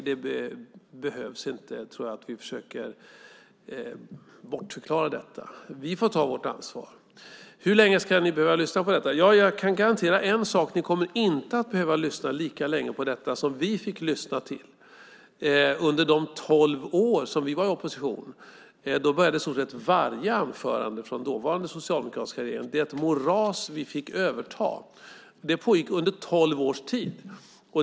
Jag tror inte att vi behöver bortförklara detta. Vi får ta vårt ansvar. Hur länge ska ni behöva lyssna på detta? Jag kan garantera en sak, nämligen att ni inte kommer att behöva lyssna lika länge på detta som vi fick under de tolv år som vi var i opposition. Då började i stort sett varje anförande från den dåvarande socialdemokratiska regeringen med att man talade om det moras som man fick överta. Det pågick under tolv års tid.